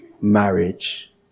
marriage